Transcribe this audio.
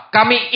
Kami